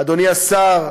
אדוני השר,